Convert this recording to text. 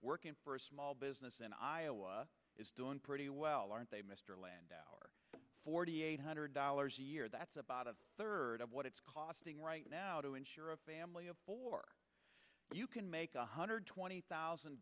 working for a small business in iowa is doing pretty well aren't they mr land forty eight hundred dollars a year that's about a third of what it's costing right now to insure a family of four you can make one hundred twenty thousand